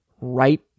right